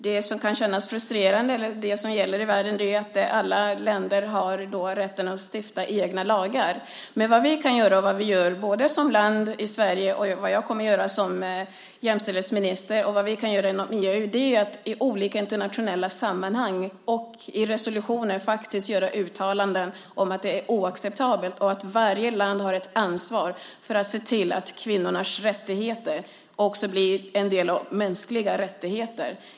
Det som kan kännas frustrerande är det som gäller i världen, nämligen att alla länder har rätt att stifta egna lagar. Det vi kan göra och gör - både som enskilt land, jag som jämställdhetsminister och vi alla inom EU - är att i olika internationella sammanhang och resolutioner göra uttalanden om att det är oacceptabelt och att varje land har ett ansvar för att se till att kvinnors rättigheter också blir en del av de mänskliga rättigheterna.